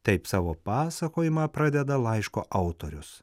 taip savo pasakojimą pradeda laiško autorius